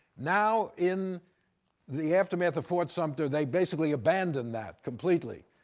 now in the aftermath of fort sumter, they basically abandon that completely.